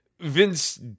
Vince